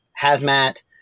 hazmat